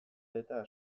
eta